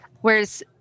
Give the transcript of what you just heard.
Whereas